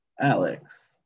Alex